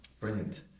Brilliant